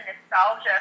nostalgia